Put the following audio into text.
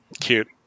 Cute